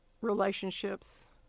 relationships